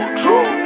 true